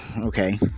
okay